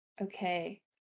okay